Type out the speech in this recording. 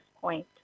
point